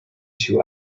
two